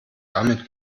damit